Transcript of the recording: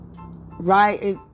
Right